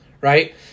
right